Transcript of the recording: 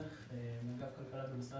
אגף הכלכלה במשרד